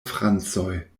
francoj